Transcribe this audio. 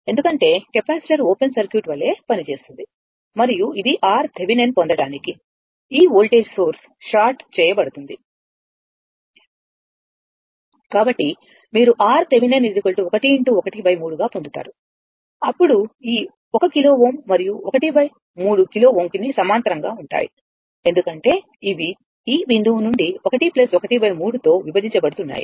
ఎందుకంటే capacitor open circuit వలె పనిచేస్తుంది మరియు ఇది RThevenin పొందడానికి ఈ వోల్టేజ్ సోర్స్ షార్ట్ చేయబడుతుంది కాబట్టి మీరు RThevenin 1 x1 3 గా పొందుతారు అప్పుడు ఈ 1 కిలో Ω మరియు ⅓ ర్డ్ కిలో Ω సమాంతరంగా ఉంటాయి ఎందుకంటే ఇవి ఈ బిందువు నుండి 1 1 3 తో విభజించబడుతున్నాయి